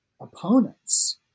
opponents